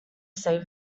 save